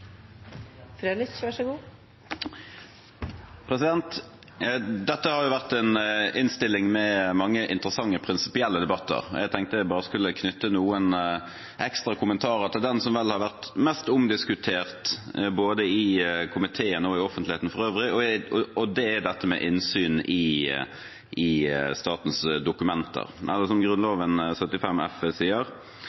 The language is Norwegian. Dette har vært en innstilling med mange interessante prinsipielle debatter. Jeg tenkte jeg bare skulle knytte noen ekstra kommentarer til den som vel har vært mest omdiskutert, både i komiteen og i offentligheten for øvrig, og det er dette med innsyn i statens dokumenter, eller som Grunnloven § 75 f sier: «alle offentlige innberetninger og papirer». Det